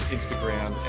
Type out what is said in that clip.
Instagram